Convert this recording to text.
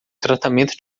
tratamento